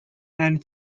and